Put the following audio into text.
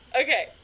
Okay